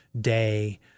day